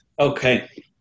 Okay